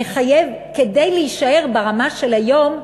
כדי להישאר ברמה של היום,